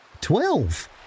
Twelve